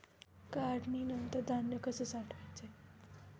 काढणीनंतर धान्य कसे साठवायचे?